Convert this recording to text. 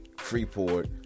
Freeport